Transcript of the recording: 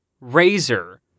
razor